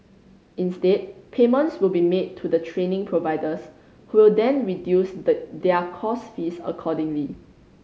instead payments will be made to the training providers who will then reduce the their course fees accordingly